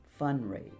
fundraise